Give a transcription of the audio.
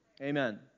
Amen